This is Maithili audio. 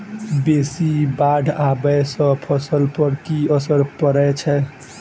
बेसी बाढ़ आबै सँ फसल पर की असर परै छै?